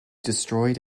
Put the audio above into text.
destroyed